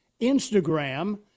Instagram